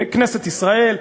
בכנסת ישראל,